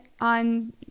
on